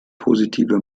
positive